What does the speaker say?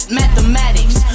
mathematics